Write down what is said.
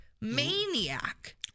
Maniac